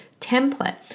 template